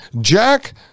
Jack